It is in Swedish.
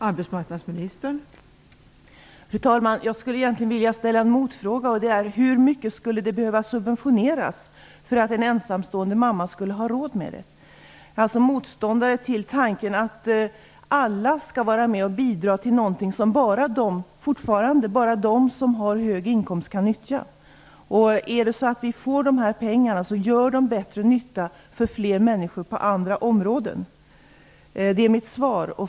Fru talman! Jag skulle vilja ställa en motfråga: Hur mycket skulle det behöva subventioneras för att en ensamstående mamma skulle ha råd med det? Jag är alltså motståndare till tanken att alla skall vara med och bidra till någonting som bara de som har hög inkomst kan nyttja. Om vi får dessa pengar så gör de bättre nytta för fler människor på andra områden. Det är mitt svar.